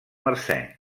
mercè